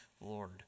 Lord